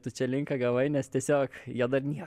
tu čia linką gavai nes tiesiog jo dar nie